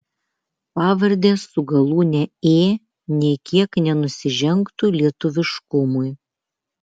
pavardės su galūne ė nė kiek nenusižengtų lietuviškumui